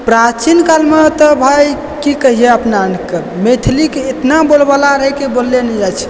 प्राचीन कालमे तऽ भाय की कहियइ अपना अरके मैथिलीके इतना बोलबाला रहय कि बोलले नहि जाइ छै